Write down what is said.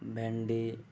ଭେଣ୍ଡି